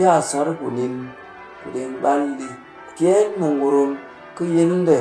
Yaa sar kunin ku ɗeng ɓal ɗi. Kyeen mu ngurum kɨ yil nde,